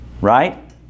right